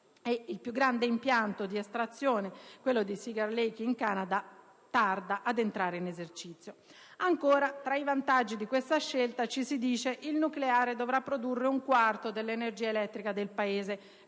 il più grande impianto di estrazione, quello di Cigar Lake in Canada, tarda ad entrare in esercizio. Ancora, tra i vantaggi di questa scelta ci si dice che «il nucleare dovrà produrre un quarto dell'energia elettrica del Paese (25 per